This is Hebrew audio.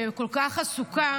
שכל כך עסוקה,